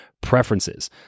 preferences